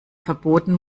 verboten